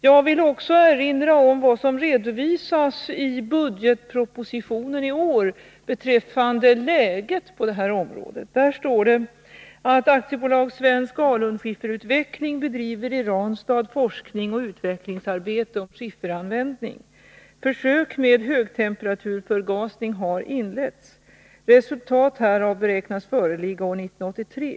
Jag vill också erinra om vad som redovisas i budgetpropositionen i år beträffande läget på det här området: ”AB Svensk alunskifferutveckling bedriver i Ranstad forskningsoch utvecklingsarbete om skifferanvändning. Försök med högtemperaturförgasning har inletts. Resultat härav beräknas föreligga år 1983.